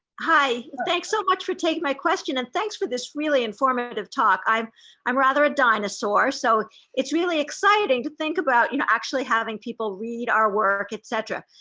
hi, thanks so much for taking my question, and thanks for this really informative talk. i'm i'm rather a dinosaur, so it's really exciting to think about you know actually having people read our work, et cetera.